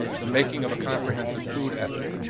the making of a comprehensive food ethic,